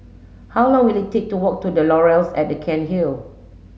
how long will it take to walk to The Laurels at Cairnhill